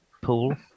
pool